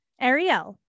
Ariel